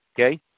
okay